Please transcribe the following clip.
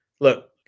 look